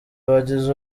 bagize